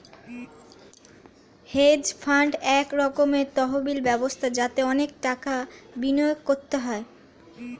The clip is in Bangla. হেজ ফান্ড এক রকমের তহবিল ব্যবস্থা যাতে অনেক টাকা বিনিয়োগ করতে হয়